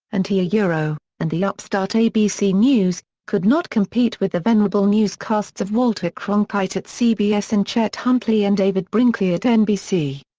and he yeah and the upstart abc news could not compete with the venerable newscasts of walter cronkite at cbs and chet huntley and david brinkley at nbc.